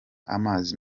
amazi